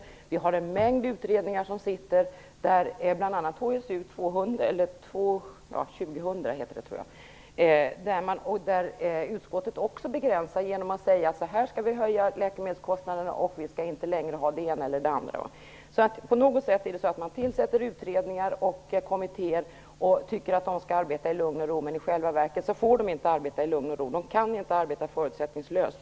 Det finns en mängd sittande utredningar, bl.a. HSU 2000, för vilka utskottet begränsar direktiven genom att säga att läkemedelskostnaderna skall höjas på ett visst sätt och att vi inte längre skall ha det ena eller det andra. Utredningar och kommittéer tillsätts och man tycker att de skall arbeta i lugn och ro, men i själva verket får de inte arbeta i lugn och ro. De kan inte arbeta förutsättningslöst.